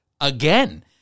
again